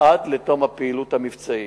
עד לתום הפעילות המבצעית.